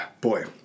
boy